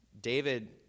David